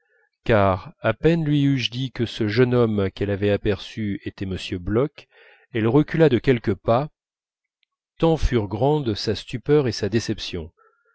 car à peine lui eus-je dit que ce jeune homme qu'elle avait aperçu était m bloch elle recula de quelques pas tant furent grandes sa stupeur et sa déception